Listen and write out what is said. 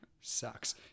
sucks